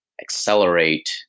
accelerate